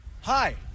Hi